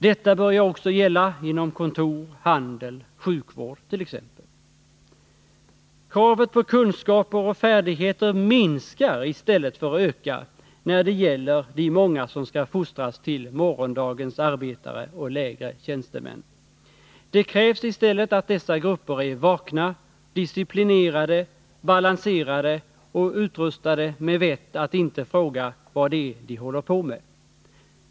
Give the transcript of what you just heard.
Detta börjar också gälla inom t.ex. kontor, handel och sjukvård. Kravet på kunskaper och färdigheter minskar i stället för att öka när det gäller de många som skall fostras till morgondagens arbetare och lägre tjänstemän. Det krävs i stället att dessa grupper är vakna, disciplinerade, balanserade och utrustade med vett att inte fråga vad det är de håller på med.